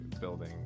building